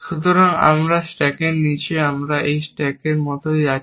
সুতরাং এই আমার স্ট্যাকের নীচে এবং আমার স্ট্যাক এই মত যাচ্ছে